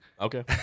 Okay